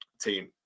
team